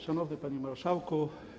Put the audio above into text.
Szanowny Panie Marszałku!